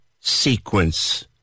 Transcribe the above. sequence